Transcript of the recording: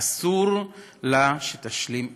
אסור לה שתשלים עמו.